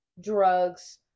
drugs